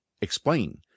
explain